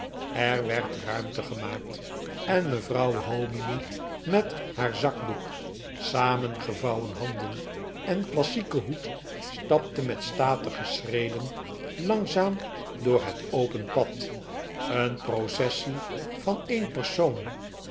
er werd ruimte gemaakt en mevrouw hominy met haar zakdoek samengevouwen handen en klassieken hoed stapte met statige schreden langzaam door het open pad een processie van een persoon